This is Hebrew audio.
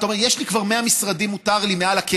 אתה אומר: מותר לי כבר 100 משרדים מעל הקניון,